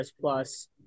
plus